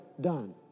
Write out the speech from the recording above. done